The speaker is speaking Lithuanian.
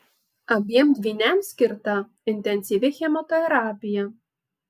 abiem dvyniams skirta intensyvi chemoterapija